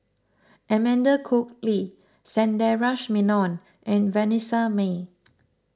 Amanda Koe Lee Sundaresh Menon and Vanessa Mae